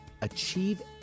achieve